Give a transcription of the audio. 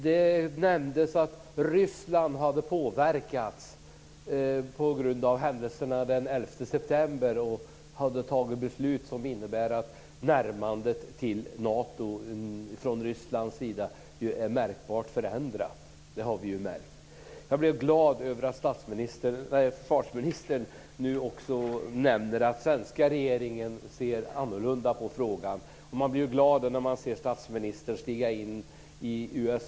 Det nämndes att Ryssland hade påverkats på grund av händelserna den 11 september och fattat beslut som innebär att närmandet till Nato är märkbart förändrat. Det har vi ju märkt också. Jag blev glad över att försvarsministern nu också nämner att den svenska regeringen nu ser annorlunda på frågan. Man blev glad när man såg statsministern stiga in i USA.